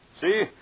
See